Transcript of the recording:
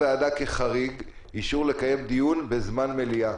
כחריג, הוועדה קיבלה אישור לקיים דיון בזמן מליאה.